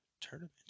tournament